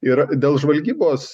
ir dėl žvalgybos